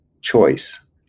choice